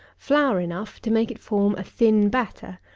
flour enough to make it form a thin batter,